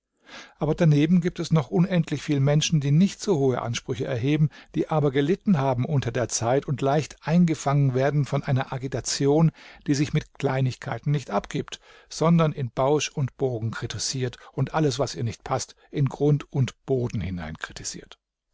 aber daneben gibt es noch unendlich viel menschen die nicht so hohe ansprüche erheben die aber gelitten haben unter der zeit und leicht eingefangen werden von einer agitation die sich mit kleinigkeiten nicht abgibt sondern in bausch und bogen kritisiert und alles was ihr nicht paßt in grund und boden hinein kritisiert